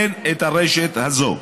אין את הרשת הזאת.